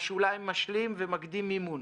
ובשוליים משלים ומגדיל מימון.